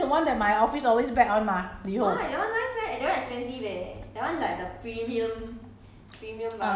err watermelon ya ya ya correct correct correct ah that's because that's the one that my office always bet [one] mah Liho